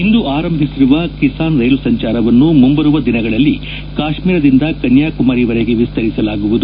ಇಂದು ಆರಂಭಿಸಿರುವ ಕಿಸಾನ್ ರೈಲು ಸಂಚಾರವನ್ನು ಮುಂಬರುವ ದಿನಗಳಲ್ಲಿ ಕಾಶ್ಮೀರದಿಂದ ಕನ್ಯಾಕುಮಾರಿವರೆಗೆ ವಿಸ್ತರಿಸಲಾಗುವುದು